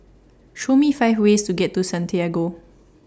Show Me five ways to get to Santiago